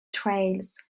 trails